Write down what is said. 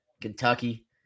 Kentucky